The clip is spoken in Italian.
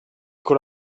con